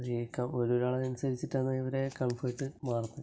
ജീവിക്കാൻ ഒരോരാളെ അനുസരിച്ചിട്ടാണ് ഇവരുടെ കംഫേർട്ട് മാറുന്നു